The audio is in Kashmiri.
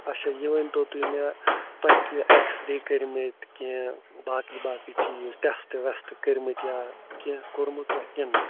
اَچھا یہِ ؤنۍتو تُہۍ مےٚ تۄہہِ کیٚنٛہہ اٮ۪کس رے کٔرۍمٕتۍ کیٚںٛہہ باقی باقی چیٖز ٹٮ۪سٹ وٮ۪سٹہٕ کٔرۍمٕتۍ یا کیٚنٛہہ کوٚرمُت تۄہہِ کِنہٕ نَہ